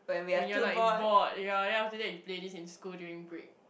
when you are like bored ya then after that you play this in school during break